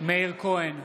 מאיר כהן,